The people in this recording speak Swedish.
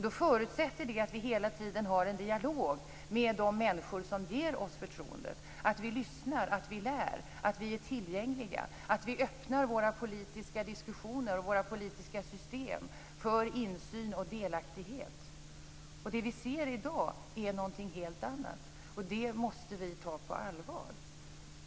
Det förutsätter att vi hela tiden för en dialog med de människor som ger oss förtroendet, att vi lyssnar och lär, att vi är tillgängliga, att vi öppnar våra politiska diskussioner och system för insyn och delaktighet. Det vi ser i dag är något helt annat. Det måste vi ta på allvar.